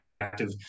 active